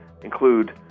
include